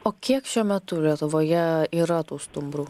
o kiek šiuo metu lietuvoje yra tų stumbrų